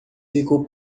ficou